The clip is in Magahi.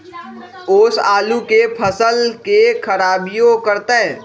ओस आलू के फसल के खराबियों करतै?